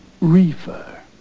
reefer